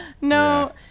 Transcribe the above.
No